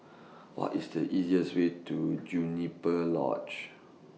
What IS The easiest Way to Juniper Lodge